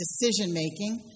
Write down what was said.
decision-making